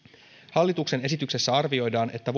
hallituksen esityksessä arvioidaan että